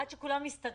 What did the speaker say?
עד שכולם הסתדרו.